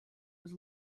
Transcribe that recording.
was